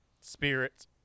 spirits